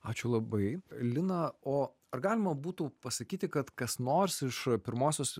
ačiū labai lina o ar galima būtų pasakyti kad kas nors iš pirmosios